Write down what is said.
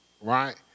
right